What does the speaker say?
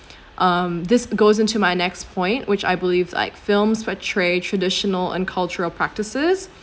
um this goes into my next point which I believe like films portraying trad~ traditional and cultural practices